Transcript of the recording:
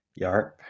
Yarp